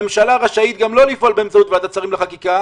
הממשלה גם רשאית לא לפעול באמצעות ועדת שרים לחקיקה.